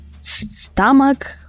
stomach